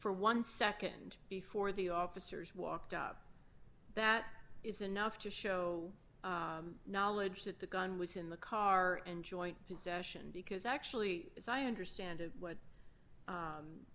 for one second before the officers walked up that is enough to show knowledge that the gun was in the car and joint session because actually as i understand it what